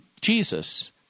Jesus